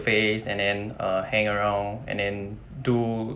and then uh hang around and then do